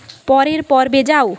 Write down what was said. পরের পর্বে যাও